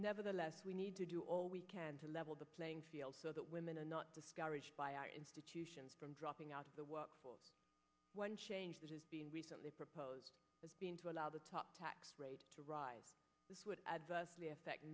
nevertheless we need to do all we can to level the playing field so that women are not discouraged by our institutions from dropping out of the workforce one change that has been recently proposed has been to allow the top tax rate to ride this would adversely affect